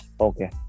Okay